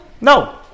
No